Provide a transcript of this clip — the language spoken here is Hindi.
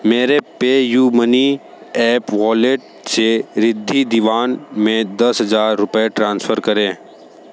मेरे पेयू मनी ऐप वॉलेट से रिद्धि दीवान में दस हज़ार रुपये ट्रांसफ़र करें